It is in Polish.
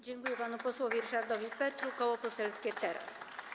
Dziękuję panu posłowi Ryszardowi Petru, Koło Poselskie Teraz!